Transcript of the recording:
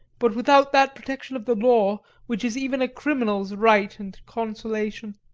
but without that protection of the law which is even a criminal's right and consolation.